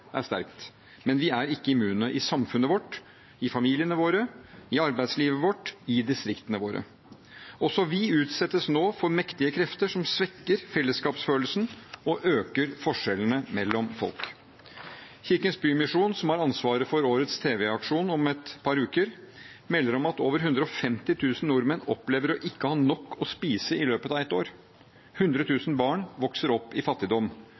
er sterkt, men vi er ikke immune i samfunnet vårt, i familiene våre, i arbeidslivet vårt, i distriktene våre. Også vi utsettes nå for mektige krefter som svekker fellesskapsfølelsen og øker forskjellene mellom folk. Kirkens Bymisjon, som har ansvaret for årets tv-aksjon om et par uker, melder om at over 150 000 nordmenn opplever å ikke ha nok å spise i løpet av et år. 100 000 barn vokser opp i fattigdom.